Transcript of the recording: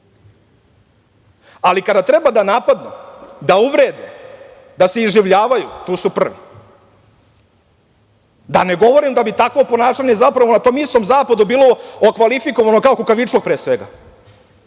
Ali, kada treba da napadnu, da uvrede, da se iživljavaju, tu su prvi. Da ne govorim da bi takvo ponašanje, zapravo, na tom istom zapadu bilo okvalifikovano kao kukavičluk, pre svega,